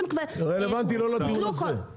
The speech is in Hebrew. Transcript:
רלוונטי לא לדיון הזה,